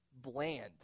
bland